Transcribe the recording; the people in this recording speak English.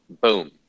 Boom